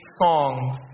songs